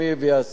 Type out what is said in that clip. את הרשות,